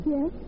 Yes